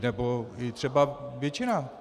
Nebo i třeba většina?